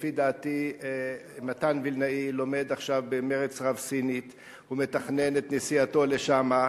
לפי דעתי מתן וילנאי לומד עכשיו במרץ רב סינית ומתכנן את נסיעתו לשם.